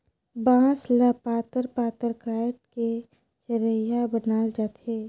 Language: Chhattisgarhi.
बांस ल पातर पातर काएट के चरहिया बनाल जाथे